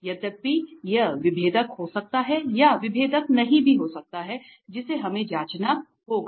यद्यपि यह विभेदक हो सकता है या विभेदक नहीं भी हो सकता है जिसे हमें जाँचना होगा